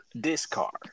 Discard